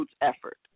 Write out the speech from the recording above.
effort